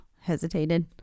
hesitated